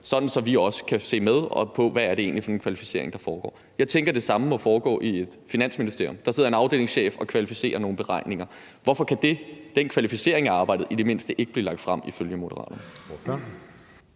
sådan at vi også kan se med på, hvad det egentlig er for en kvalificering, der foregår. Jeg tænker, at det samme må foregå i et finansministerium. Der sidder en afdelingschef og kvalificerer nogle beregninger. Hvorfor kan den kvalificering af arbejdet i det mindste ikke blive lagt frem ifølge Moderaterne?